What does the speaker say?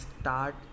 start